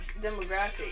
Demographic